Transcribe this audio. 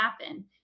happen